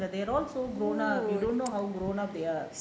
they all so grown up you don't know grown up they are